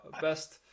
best